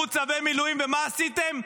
שלחו צווי מילואים, ומה עשיתם?